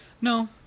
no